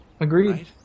Agreed